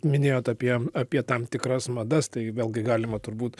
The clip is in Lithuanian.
minėjot apie apie tam tikras madas tai vėlgi galima turbūt